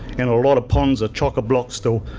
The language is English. and a lot of ponds are chock-a-block still.